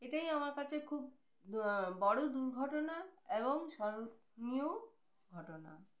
এটাই আমার কাছে খুব বড় দুর্ঘটনা এবং স্মরণীয় ঘটনা